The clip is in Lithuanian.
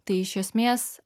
tai iš esmės